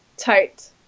tight